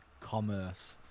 commerce